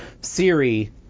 Siri